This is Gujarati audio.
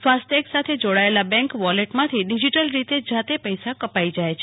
ફાસ્ટટૈગ સાથે જોડાયેલા બેંક વોલેટમાંથી ડીજીટલ રીતે જાતે પૈસા કપાઇ જાય છે